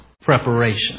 preparation